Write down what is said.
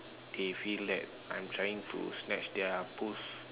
they feel that I'm trying to snatch their post